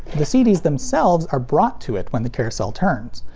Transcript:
the cds themselves are brought to it when the carousel turns.